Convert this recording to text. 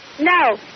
No